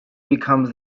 becomes